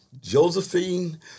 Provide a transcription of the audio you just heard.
Josephine